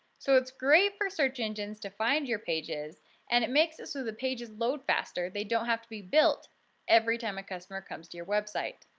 so it's great for search engines to find your pages and it makes it so the pages load faster. they don't have to be built every time a customer comes to your website.